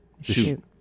Shoot